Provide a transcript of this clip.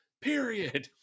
period